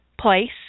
place